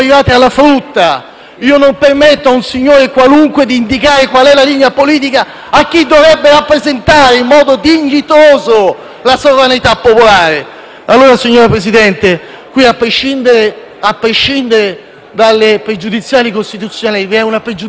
Non permetto a un signore qualunque di indicare qual è la linea politica a chi dovrebbe esprimere in modo dignitoso la sovranità popolare. Signor Presidente, a prescindere dalle questioni pregiudiziali di costituzionalità, vi è una pregiudiziale morale.